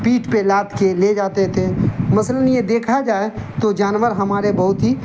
پیٹھ پہ لاد کے لے جاتے تھے مثلاً یہ دیکھا جائے تو جانور ہمارے بہت ہی